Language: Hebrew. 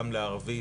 גם לערבית,